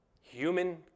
human